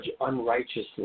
unrighteously